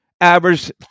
average